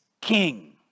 king